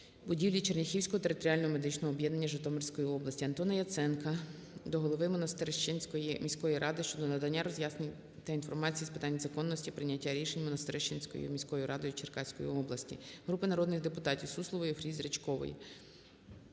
будівлі Черняхівського територіального медичного об'єднання Житомирської області. Антона Яценка до голови Монастирищенської міської ради щодо надання роз'яснень та інформації з питань законності прийняття рішень Монастирищенською міською радою Черкаської області. Групи народних депутатів (Суслової, Фріз, Ричкової)